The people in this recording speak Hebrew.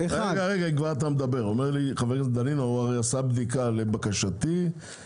--- לבקשתי חבר הכנסת דנינו עשה בדיקה והוא